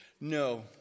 no